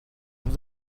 nous